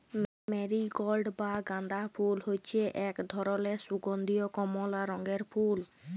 marigold বা গাঁদা ফুল হচ্যে এক ধরলের সুগন্ধীয় কমলা রঙের ফুল